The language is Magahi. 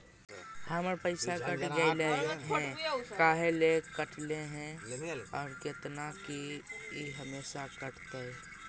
हमर पैसा कट गेलै हैं, काहे ले काटले है और कितना, की ई हमेसा कटतय?